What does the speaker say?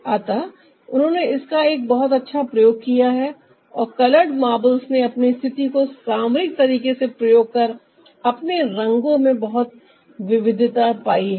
अतः उन्होंने इसका एक बहुत अच्छा प्रयोग किया है और कलर्ड मार्बल्स ने अपनी स्थिति को सामरिक तरीके से प्रयोग कर अपने रंगों में बहुत विविधता पाई है